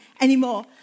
anymore